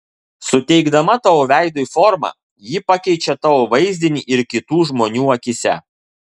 suteikdama tavo veidui formą ji pakeičia tavo vaizdinį ir kitų žmonių akyse